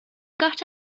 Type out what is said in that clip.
got